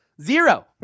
Zero